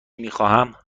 میخواهم